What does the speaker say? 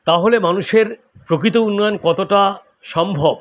তাহলে মানুষের প্রকৃত উন্নয়ন কতোটা সম্ভব